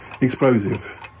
explosive